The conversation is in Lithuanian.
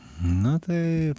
nu tai